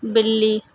بلی